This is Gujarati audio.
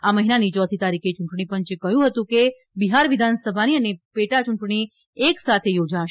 આ મહિનાની યોથી તારીખે ચૂંટણીપંચે કહ્યું હતું કે બિહાર વિધાનસભાની અને પેટાયૂંટણી એક સાથે યોજાશે